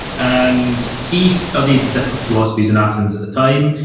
and he studied different philosophies in athens at the time,